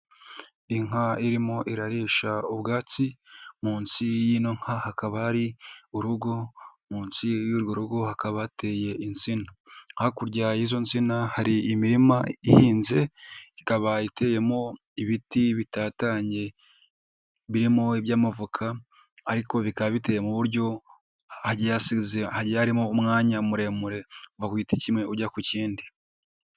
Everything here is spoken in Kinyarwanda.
Inka irimo irarisha ubwatsi, munsi y'ino nka hakaba hari urugo, munsi y'urwo rugo hakaba hateye insina. Hakurya y'izo nsina, hari imirima ihinze ikaba iteyemo ibiti bitatanye birimo iby'amavoka ariko bikaba bitewe mu buryo hagiye harimo umwanya muremure kuva ku giti kimwemwe ujya ku kindi.